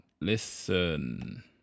listen